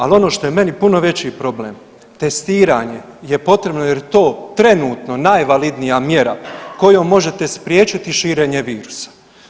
Ali, ono što je meni puno veći problem, testiranje je potrebno jer to trenutno najvalidnija mjera kojom možete spriječiti širenje virusa.